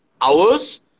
hours